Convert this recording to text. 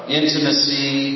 intimacy